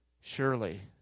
surely